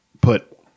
put